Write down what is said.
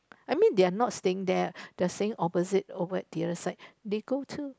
I mean they are not staying there they are staying opposite over other side they go too